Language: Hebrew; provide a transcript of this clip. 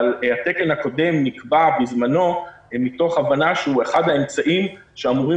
אבל התקן הקודם נקבע בזמנו מתוך הבנה שהוא אחד האמצעים שאמורים